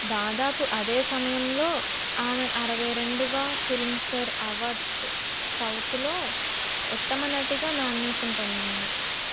దాదాపు అదే సమయంలో ఆమె అరవై రెండవ ఫిల్మ్ఫేర్ అవార్డ్స్ సౌత్లో ఉత్తమ నటిగా నామినేషన్ పొందింది